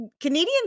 Canadians